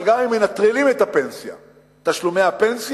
אבל גם אם מנטרלים את תשלומי הפנסיה,